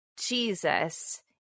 Jesus